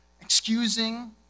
excusing